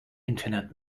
internet